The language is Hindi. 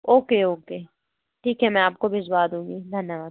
ओके ओके ठीक है मैं आपको भिजवा दूँगी धन्यवाद